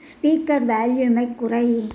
speaker வால்யூமைக் குறை